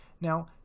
Now